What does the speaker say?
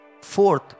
Fourth